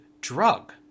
drug